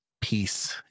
peace